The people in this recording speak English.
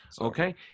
Okay